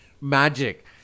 magic